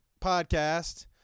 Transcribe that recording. Podcast